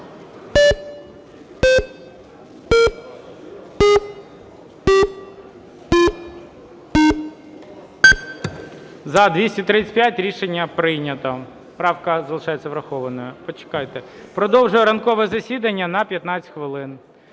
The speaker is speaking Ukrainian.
Рішення прийнято. Правка залишається врахованою. Почекайте. Продовжую ранкове засідання на 15 хвилин.